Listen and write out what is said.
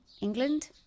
England